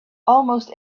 almost